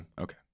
Okay